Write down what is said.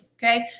Okay